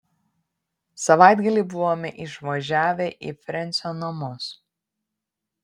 savaitgalį buvome išvažiavę į frensio namus